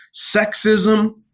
sexism